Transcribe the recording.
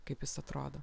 kaip jis atrodo